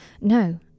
No